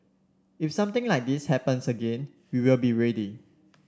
if something like this happens again we will be ready